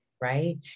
right